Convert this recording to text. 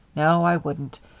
no, i wouldn't.